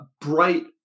bright